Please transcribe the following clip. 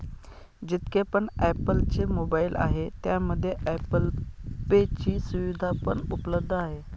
जितके पण ॲप्पल चे मोबाईल आहे त्यामध्ये ॲप्पल पे ची सुविधा पण उपलब्ध आहे